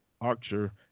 archer